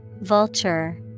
Vulture